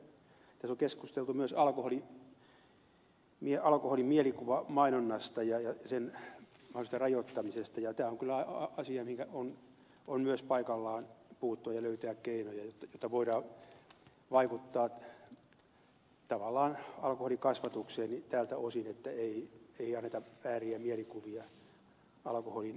tässä on keskusteltu myös alkoholin mielikuvamainonnasta ja sen mahdollisesta rajoittamisesta ja tämä on kyllä asia mihinkä on myös paikallaan puuttua ja löytää keinoja jotta voidaan vaikuttaa tavallaan alkoholikasvatukseen tältä osin että ei anneta vääriä mielikuvia alkoholin käytön suhteen